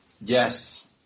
Yes